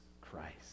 Christ